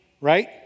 right